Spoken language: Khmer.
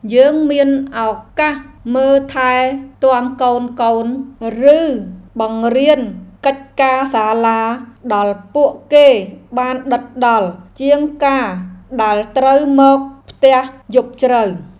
យើងមានឱកាសមើលថែទាំកូនៗ ឬបង្រៀនកិច្ចការសាលាដល់ពួកគេបានដិតដល់ជាងការដែលត្រូវមកផ្ទះយប់ជ្រៅ។